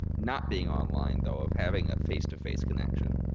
not being online, though of having a face-to-face connection,